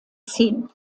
zehn